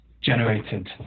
generated